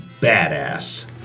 badass